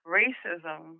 racism